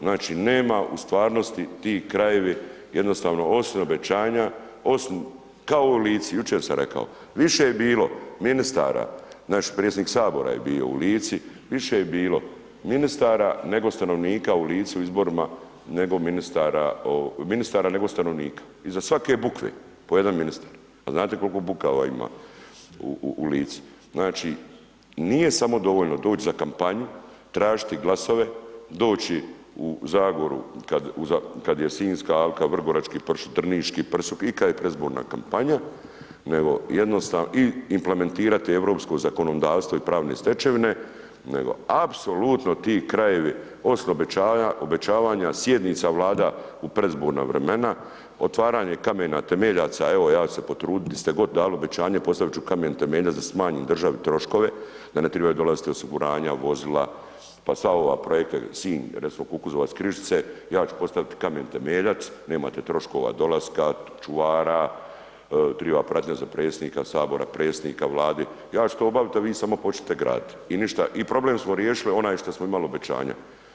Znači nema u stvarnosti, ti krajevi jednostavno osim obećanja, osim kao i u Lici, jučer sam rekao, više je bilo ministara, naš predsjednik sabora je bio u Lici, više je bilo ministara nego stanovnika u Lici u izborima, nego ministara, ministara nego stanovnika, iza svake bukve po jedan ministar, a znate kolko bukava ima u Lici, znači nije samo dovoljno doć za kampanju, tražiti glasove, doći u Zagoru, kad je Sinjska alka, vrgorački pršut, drniški pršut i kad je predizborna kampanja, nego jednostavno i implementirati europsko zakonodavstvo i pravne stečevine, nego apsolutno ti krajevi osim obećavanja sjednica vlada u predizborna vremena, otvaranje kamena temeljaca evo ja ću se potrudit di ste god dali obećanje postavit ću kamen temeljac da smanjim državi troškove, da ne tribaju dolaziti osiguranja, vozila pa sva ova projekta Sinj recimo Kukuzova – Križice, ja ću postavit kamen temeljac nemate troškova dolaska, čuvara, triba pratnja za predsjednika sabora, predsjednika vlade, ja ću to obavit a vi samo počnite gradit i ništa i problem smo riješili onaj šta smo imali obećanja.